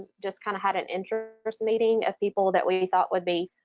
just kind of had an interest meeting of people that we thought would be